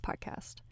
Podcast